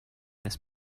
this